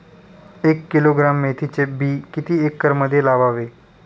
एक किलोग्रॅम मेथीचे बी किती एकरमध्ये लावावे?